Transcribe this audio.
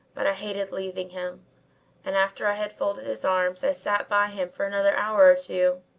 but i hated leaving him and after i had folded his arms i sat by him for another hour or two.